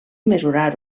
mesurar